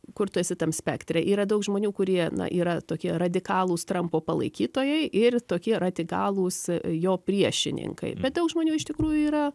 kur tu esi tam spektre yra daug žmonių kurie na yra tokie radikalūs trampo palaikytojai ir tokie radikalūs jo priešininkai bet daug žmonių iš tikrųjų yra